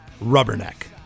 Rubberneck